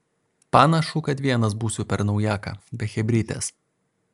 panašu kad vienas būsiu per naujaką be chebrytės